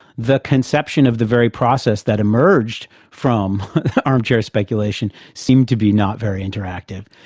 the conception of the very process that emerged from armchair speculation seemed to be not very interactive,